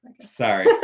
sorry